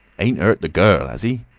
ain't hurt the girl, as e?